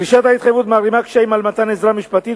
דרישת ההתחייבות מערימה קשיים על מתן עזרה משפטית,